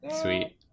Sweet